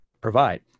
provide